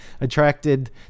attracted